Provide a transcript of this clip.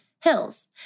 hills